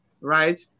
right